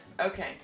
okay